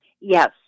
Yes